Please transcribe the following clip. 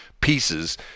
pieces